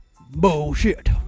bullshit